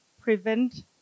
prevent